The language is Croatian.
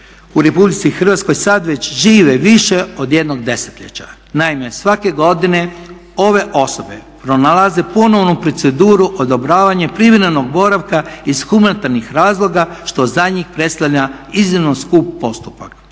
koju ljudi u RH sad već žive više od jednog desetljeća. Naime, svake godine ove osobe prolaze ponovnu proceduru odobravanje privremenog boravka iz humanitarnih razloga što za njih predstavlja iznimno skup postupak.